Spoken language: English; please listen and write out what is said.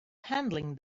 handling